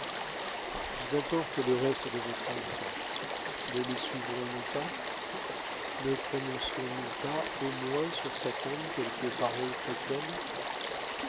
ils emportent les restes de votre enfant ne les suivronsnous pas ne prononcerons nous pas au moins sur sa tombe quelques paroles chrétiennes